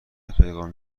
پیغام